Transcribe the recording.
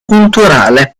culturale